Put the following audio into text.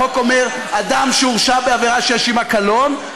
החוק אומר: אדם שהורשע בעבירה שיש עימה קלון,